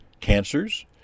cancers